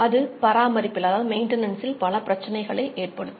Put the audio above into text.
அது பராமரிப்பில் பல பிரச்சனைகளை ஏற்படுத்தும்